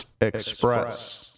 Express